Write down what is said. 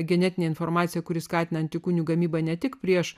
genetinė informacija kuri skatina antikūnų gamybą ne tik prieš